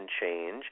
change